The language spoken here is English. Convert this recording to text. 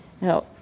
No